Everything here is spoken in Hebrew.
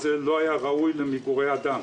הוא לא היה ראוי למגורי אדם.